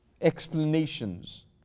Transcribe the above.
explanations